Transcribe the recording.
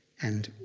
and